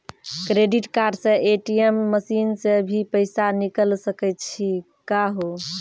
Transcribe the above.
Credit card से ATM machine से भी पैसा निकल सकै छि का हो?